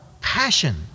Passion